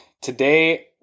Today